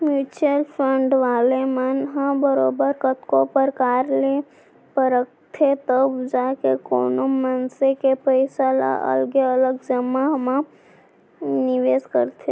mutual fund वाले मन ह बरोबर कतको परकार ले परखथें तब जाके कोनो मनसे के पइसा ल अलगे अलगे जघा म निवेस करथे